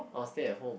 or stay at home